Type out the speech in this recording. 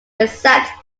exempt